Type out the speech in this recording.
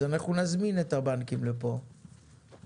אז אנחנו נזמין את הבנקים לפה ואנחנו